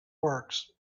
works